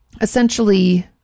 essentially